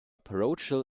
parochial